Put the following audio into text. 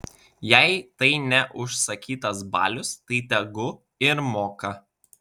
jei tai ne užsakytas balius tai tegu ir moka